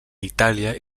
itàlia